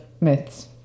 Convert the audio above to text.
myths